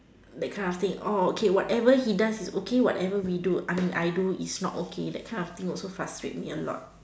that kind of thing all okay whatever he does is okay whatever we do I mean I do is not okay that kind of thing also frustrate me a lot